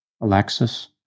Alexis